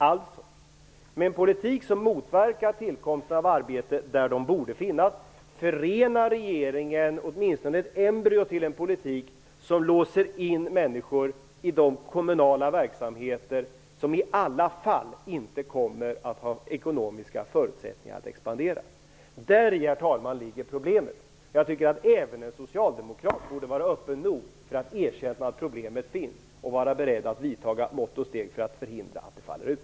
Alltså: Med en politik som motverkar tillkomsten av arbeten där de borde finnas förenar regeringen åtminstone ett embryo till en politik som låser in människor i de kommunala verksamheter som i alla fall inte kommer att ha ekonomiska förutsättningar att expandera. Däri, herr talman, ligger problemet. Jag tycker att även en socialdemokrat borde vara öppen nog för att erkänna att problemet finns och vara beredd att vidta mått och steg för att förhindra att det faller ut.